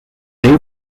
new